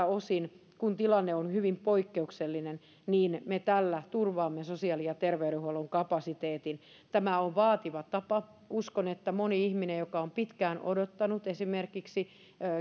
osin kun tilanne on hyvin poikkeuksellinen me tällä turvaamme sosiaali ja terveydenhuollon kapasiteetin tämä on vaativa tapa uskon että moni ihminen joka on pitkään odottanut esimerkiksi